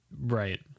right